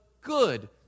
good